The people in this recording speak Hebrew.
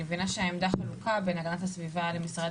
אני מבינה שהעמדה חלוקה בין הגנת הסביבה למשרד